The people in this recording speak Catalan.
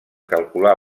calcular